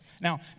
Now